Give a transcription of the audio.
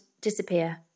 disappear